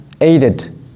aided